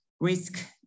risk